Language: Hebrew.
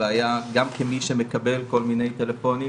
הבעיה גם כמי שמקבל כל מיני טלפונים,